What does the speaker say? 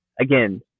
again